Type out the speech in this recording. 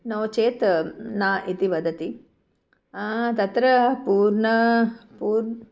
नो चेत् न इति वदति तत्र पूर्णं पूर्वं